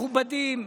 מכובדים.